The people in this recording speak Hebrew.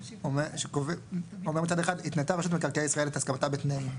שאומר מצד אחד: ״נתנה רשות מקרקעי ישראל את הסכמתה בתנאים״,